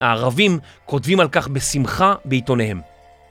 הערבים כותבים על כך בשמחה בעיתוניהם.